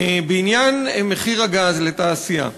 בעניין מחיר הגז לתעשייה,